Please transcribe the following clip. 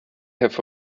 have